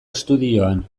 estudioan